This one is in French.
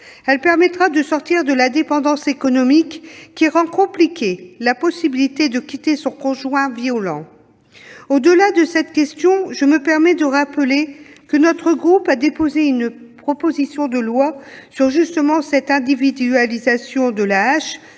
Elle permettra de sortir de la dépendance économique, qui rend compliquée la possibilité de quitter son conjoint violent. Au-delà de cette question, je rappelle que notre groupe a déposé une proposition de loi sur cette individualisation de l'AAH